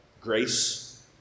grace